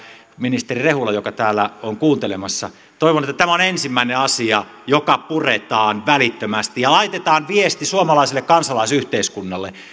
ministeri rehula joka täällä on kuuntelemassa toivon että tämä on ensimmäinen asia joka puretaan välittömästi ja laitetaan viesti suomalaiselle kansalaisyhteiskunnalle